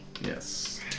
Yes